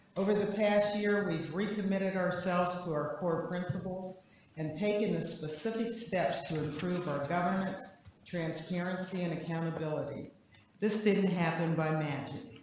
over the past year we re committed ourselves to our core principles and taking the specific steps to approve our government transparency and accountability this didn't happen by management.